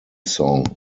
song